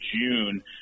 June